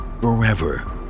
forever